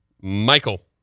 Michael